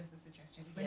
!huh!